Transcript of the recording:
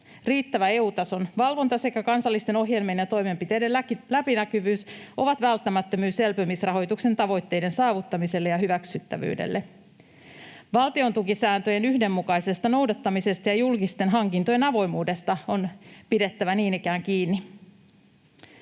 Riittävä EU-tason valvonta sekä kansallisten ohjelmien ja toimenpiteiden läpinäkyvyys ovat välttämättömyys elpymisrahoituksen tavoitteiden saavuttamiselle ja hyväksyttävyydelle. Valtiontukisääntöjen yhdenmukaisesta noudattamisesta ja julkisten hankintojen avoimuudesta on pidettävä niin ikään kiinni.